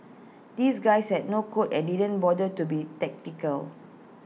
these guys had no code and didn't bother to be tactical